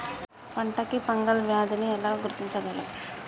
పంట కి ఫంగల్ వ్యాధి ని ఎలా గుర్తించగలం?